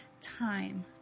Time